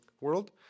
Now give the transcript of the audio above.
world